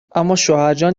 اماشوهرجان